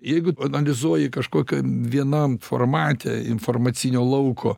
jeigu analizuoji kažkokiam vienam formate informacinio lauko